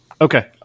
Okay